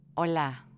Hola